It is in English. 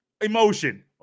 emotion